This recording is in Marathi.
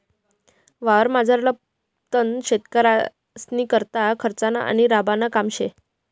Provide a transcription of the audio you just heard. वावरमझारलं तण शेतकरीस्नीकरता खर्चनं आणि राबानं काम शे